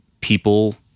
people